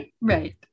right